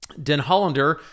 Denhollander